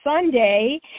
Sunday